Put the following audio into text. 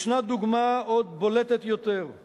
ישנה דוגמה בולטת עוד יותר,